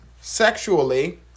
sexually